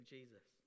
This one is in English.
Jesus